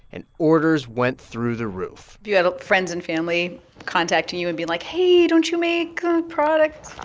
and orders went through the roof you had friends and family contacting you and being like, hey, don't you make a product?